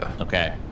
Okay